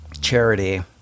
charity